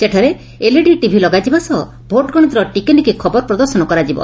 ସେଠାରେ LED TV ଲଗାଯିବା ସହ ଭୋଟଗଣତିର ଟିକିନିଖ୍ ଖବର ପ୍ରଦର୍ଶନ କରାଯିବ